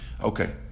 okay